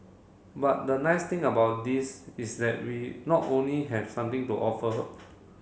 but the nice thing about this is that we not only have something to offer